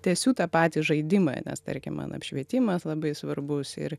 tęsiu tą patį žaidimą nes tarkim man apšvietimas labai svarbus ir